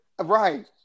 Right